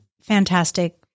fantastic